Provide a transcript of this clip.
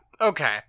okay